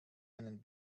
einen